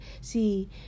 See